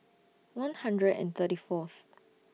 one hundred and thirty Fourth